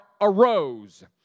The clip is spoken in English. arose